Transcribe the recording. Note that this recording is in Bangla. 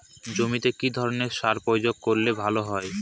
জমিতে কি ধরনের সার প্রয়োগ করলে ভালো হয়?